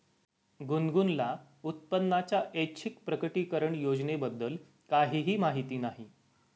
गुनगुनला उत्पन्नाच्या ऐच्छिक प्रकटीकरण योजनेबद्दल काहीही माहिती नाही